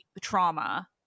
trauma